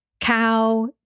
cow